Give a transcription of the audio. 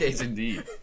indeed